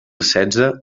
setze